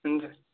हुन्छ